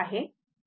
5 millifarad आहे